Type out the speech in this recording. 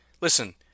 listen